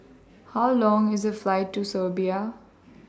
How Long IS The Flight to Serbia